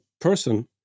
person